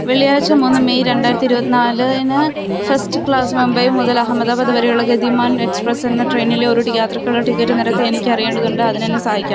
വെള്ളിയാഴ്ച മൂന്ന് മെയ് രണ്ടായിരത്തി ഇരുപത്തിനാലിന് ഫസ്റ്റ് ക്ലാസ്സ് മുംബൈ മുതൽ അഹമ്മദാബാദ് വരെയുള്ള ഗതിമാൻ എക്സ്പ്രസ്സ് എന്ന ട്രെയിനിലെ ഒരു യാത്രയ്ക്കുള്ള ടിക്കറ്റ് നിരക്ക് എനിക്കറിയേണ്ടതുണ്ട് അതിനെന്നെ സഹായിക്കാമോ